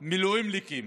מילואימניקים,